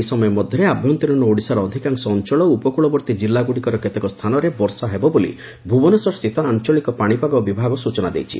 ଏହି ସମୟ ମଧ୍ଧରେ ଆଭ୍ୟନ୍ତରୀଣ ଓଡ଼ିଶାର ଅଧିକାଂଶ ଅଞ୍ଞଳ ଓ ଉପକୂଳବର୍ତ୍ତୀ ଜିଲ୍ଲାଗୁଡ଼ିକର କେତେକ ସ୍ଥାନରେ ବର୍ଷା ହେବ ବୋଲି ଭୁବନେଶ୍ୱରସ୍ଥିତ ଆଞ୍ଚଳିକ ପାଶିପାଗ ବିଭାଗ ସୂଚନା ଦେଇଛି